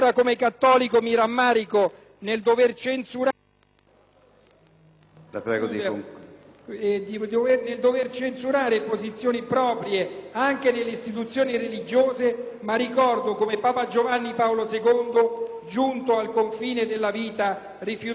nel dover censurare posizioni proprie anche delle istituzioni religiose, ma ricordo come Papa Giovanni Paolo II, giunto al confine della vita, rifiutò l'accanimento terapeutico,